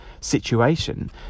situation